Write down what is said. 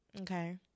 okay